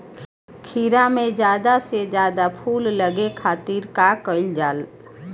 खीरा मे ज्यादा से ज्यादा फूल लगे खातीर का कईल जाला?